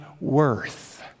worth